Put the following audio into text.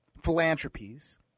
philanthropies